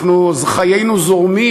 חיינו זורמים,